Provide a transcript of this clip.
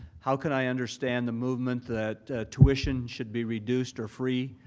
how can i understand the movement that tuition should be reduced or free,